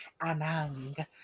Anang